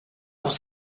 was